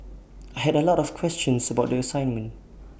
I had A lot of questions about the assignment